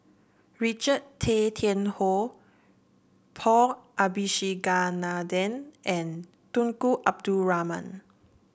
Richard Tay Tian Hoe Paul Abisheganaden and Tunku Abdul Rahman